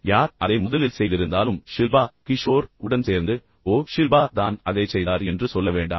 யார் அதை முதலில் செய்திருந்தாலும் ஷில்பா கிஷோர் உடன் சேர்ந்து ஓ ஷில்பா தான் அதைச் செய்தார் என்று சொல்ல வேண்டாம்